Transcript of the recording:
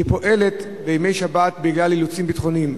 שפועלת בימי שבת בגלל אילוצים ביטחוניים,